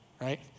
right